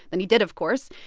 then he did, of course.